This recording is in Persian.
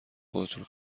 خودتونو